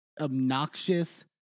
obnoxious